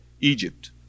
egypt